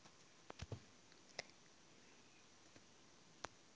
वह नंगे पांव जमीन पर चल रहा था कि अचानक एक कीड़े ने उसे काट लिया